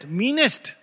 meanest